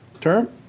term